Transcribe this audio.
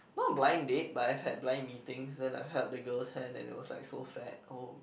no blind date but I've had blind meetings then I held the girl's hand and it was like so fat oh